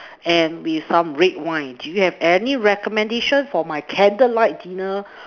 and with some red wine do you have any recommendation for my candlelight dinner